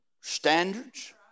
standards